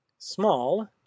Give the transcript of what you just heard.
Small